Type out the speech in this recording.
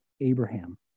Abraham